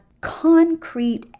concrete